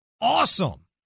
awesome